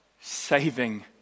saving